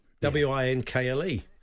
W-I-N-K-L-E